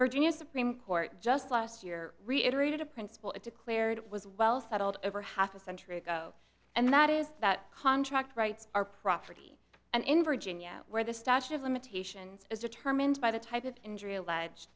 virginia's supreme court just last year reiterated a principle it declared it was well settled over half a century ago and that is that contract rights are property and in virginia where the statute of limitations is determined by the type of injury alleged